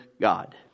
God